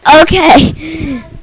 Okay